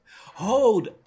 Hold